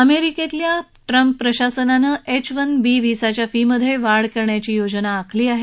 अमेरिकेतील ट्रम्प प्रशासनानं H one B व्हीसाच्या फीमधे वाढ करण्याची योजना आखली आहे